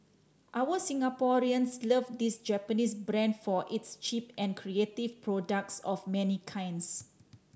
our Singaporeans love this Japanese brand for its cheap and creative products of many kinds